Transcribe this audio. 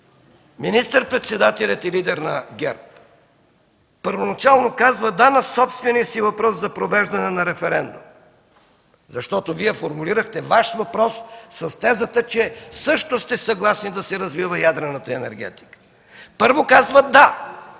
министър-председателят и лидер на ГЕРБ първоначално казва „да” на собствения си въпрос за провеждане на референдум, защото Вие формулирахте Ваш въпрос с тезата, че също сте съгласни да се развива ядрената енергетика. Първо казва „да”